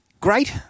great